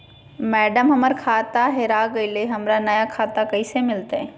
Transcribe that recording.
madam, हमर खाता हेरा गेलई, हमरा नया खाता कैसे मिलते